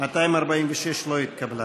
246 לא התקבלה.